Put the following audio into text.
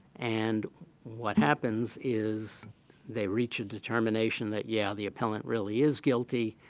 and what happens is they reach a determination that, yeah, the appellant really is guilty.